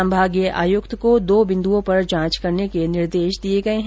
संभागीय आयुक्त को दो बिन्दुओं पर जांच करने के निर्देश दिये है